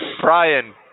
Brian